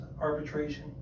arbitration